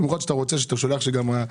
במיוחד שאתה רוצה שנקרא חומרים,